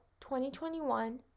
2021